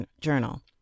journal